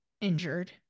injured